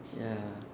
ya